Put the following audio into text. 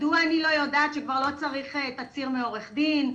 מדוע אני לא יודעת שכבר לא צריך תצהיר מעורך דין?